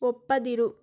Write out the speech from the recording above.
ಒಪ್ಪದಿರು